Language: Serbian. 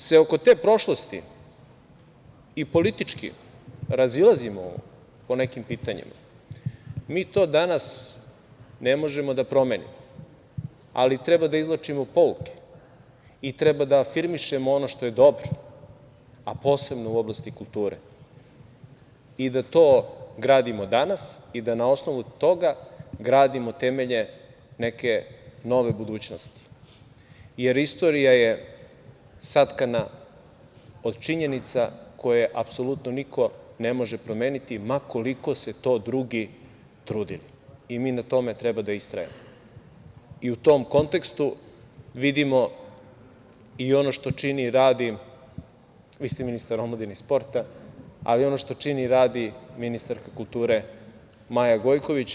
Ako se oko te prošlosti i politički razilazimo po nekim pitanjima, mi to danas ne možemo da promenimo, ali treba da izvlačimo pouke i treba da afirmišemo ono što je dobro, a posebno u oblasti kulture i da to gradimo danas i da na osnovu toga gradimo temelje neke nove budućnosti, jer istorija je satkana od činjenica koje apsolutno niko ne može promeniti, ma koliko se to drugi trudili i mi na tome treba da istrajemo i u tom kontekstu vidimo i ono što čini i radi, vi ste ministar omladine i sporta, ali ono što čini i radi ministar kulture Maja Gojković.